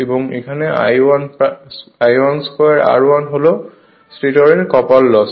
এবং এখানে I12 r1 হল স্টেটরের কপার লস